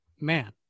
man